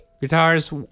Guitars